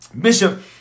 Bishop